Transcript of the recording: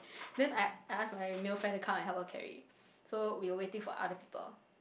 then I I ask my male friend to come and help her carry so we were waiting for other people